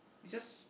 is just